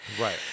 Right